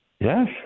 Yes